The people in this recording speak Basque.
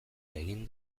egin